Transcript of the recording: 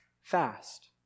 fast